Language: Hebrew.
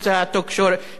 כלפי התקשורת.